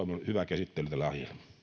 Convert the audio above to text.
hyvää käsittelyä